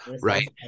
Right